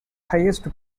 highest